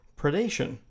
predation